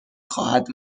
خواهد